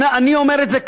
אני אומר את זה כך: